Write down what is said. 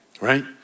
right